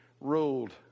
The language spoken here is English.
ruled